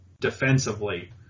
defensively